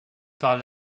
par